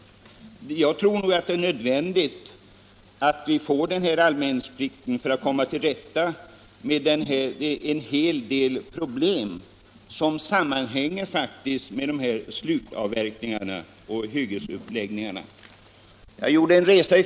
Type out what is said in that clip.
Därför tror jag det är nödvändigt att vi får anmälningsplikt, så att vi kan komma till rätta med en hel del problem som sammanhänger med slutavverkningarna och hyggesuppläggningarna.